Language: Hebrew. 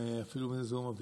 אפילו זיהום האוויר,